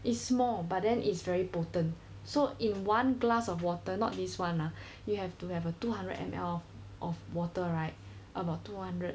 is small but then it's very potent so in one glass of water not this [one] ah you have to have a two hundred M_L of water right about two hundred